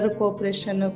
cooperation